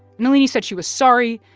nalini said she was sorry,